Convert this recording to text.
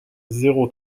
zéro